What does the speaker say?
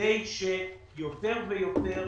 כדי שיותר ויותר